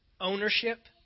ownership